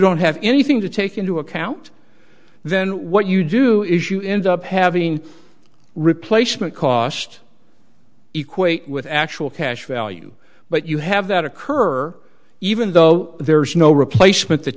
don't have anything to take into account then what you do is you end up having replacement cost equate with actual cash value but you have that occur even though there's no replacement th